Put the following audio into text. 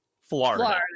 Florida